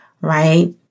right